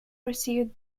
received